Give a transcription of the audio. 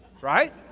right